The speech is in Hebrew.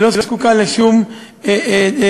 היא לא זקוקה לשום מתווך.